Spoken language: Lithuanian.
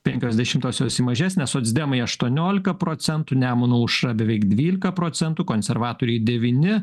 penkios dešimtosios į mažesnę socdemai aštuoniolika procentų nemuno aušra beveik dvylika procentų konservatoriai devyni